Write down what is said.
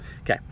okay